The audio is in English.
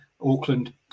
Auckland